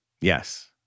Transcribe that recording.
Yes